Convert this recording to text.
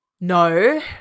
No